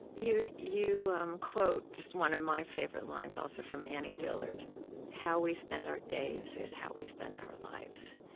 you you um quote just one of my favorite lines, also, from annie dillard how we spend our days is how we spend our lives.